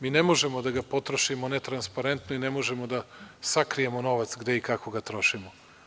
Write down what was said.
Mi ne možemo da ga potrošimo netransparentno i ne možemo da sakrijemo novac gde i kako ga trošimo.